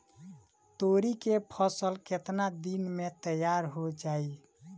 तोरी के फसल केतना दिन में तैयार हो जाई?